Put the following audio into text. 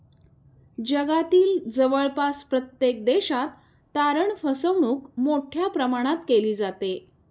जगातील जवळपास प्रत्येक देशात तारण फसवणूक मोठ्या प्रमाणात केली जाते